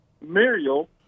Muriel